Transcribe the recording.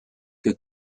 que